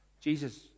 Jesus